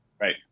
Right